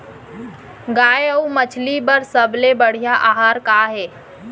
गाय अऊ मछली बर सबले बढ़िया आहार का हे?